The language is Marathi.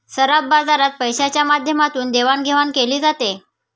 सराफा बाजारात पैशाच्या माध्यमातून देवाणघेवाण केली जाते